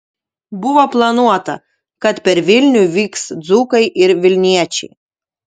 buvo planuota kad per vilnių vyks dzūkai ir vilniečiai